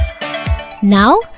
Now